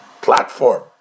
platform